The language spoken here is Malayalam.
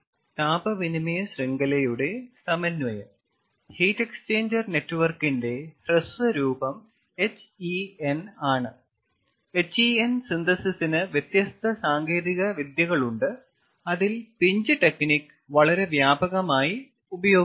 താപ വിനിമയ ശൃംഖലയുടെ സമന്വയം ഹീറ്റ് എക്സ്ചേഞ്ചർ നെറ്റ്വർക്കിന്റെ ഹ്രസ്വ രൂപം H E N ആണ് HEN സിന്തസിസിന് വ്യത്യസ്ത സാങ്കേതിക വിദ്യകളുണ്ട് അതിൽ പിഞ്ച് ടെക്നിക് വളരെ വ്യാപകമായി ഉപയോഗിക്കുന്നു